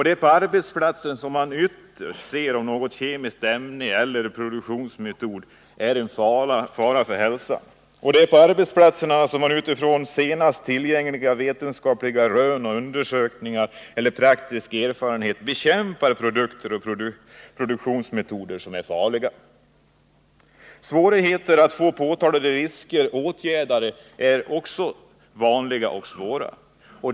Det är på arbetsplatserna som man ytterst ser om något kemiskt ämne eller någon produktionsmetod är en fara för hälsan. Det är på arbetsplatsen som man utifrån senaste tillgängliga vetenskapliga rön och undersökningar eller utifrån praktisk erfarenhet bekämpar produkter och produktionsmetoder som är farliga. Svårigheter att få påtalade risker åtgärdade är vanliga.